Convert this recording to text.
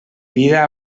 vida